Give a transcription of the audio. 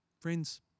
Friends